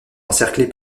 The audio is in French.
encerclé